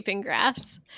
grass